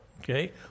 okay